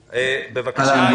בבקשה.